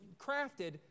crafted